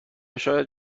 شاید